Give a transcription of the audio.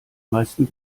meisten